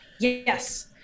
Yes